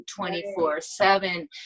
24-7